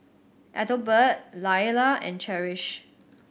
Ethelbert Lailah and Cherish